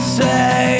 say